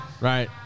right